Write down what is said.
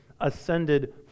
ascended